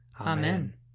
Amen